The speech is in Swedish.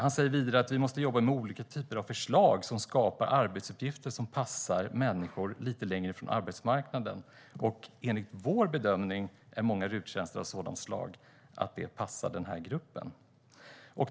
Han säger vidare att vi måste jobba med olika typer av förslag som skapar arbetsuppgifter som passar människor lite längre från arbetsmarknaden. Enligt vår bedömning är många RUT-tjänster av sådant slag att det passar den här gruppen.